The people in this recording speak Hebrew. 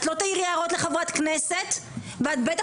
את לא תעירי הערות לחברת כנסת ואת בטח